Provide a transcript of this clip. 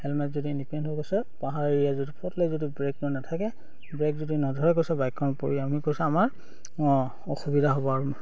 helmet যদি নিপিন্ধো কৈছে পাহাৰ এৰিয়াত যদি যদি ব্ৰেকটো নেথাকে ব্ৰেক যদি নধৰে কৈছে বাইকখন পৰি আমি কৈছে আমাৰ অসুবিধা হ'ব আৰু